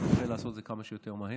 ואני מקווה לעשות את זה כמה שיותר מהר,